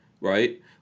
right